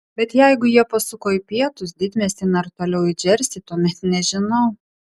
bet jeigu jie pasuko į pietus didmiestin ar toliau į džersį tuomet nežinau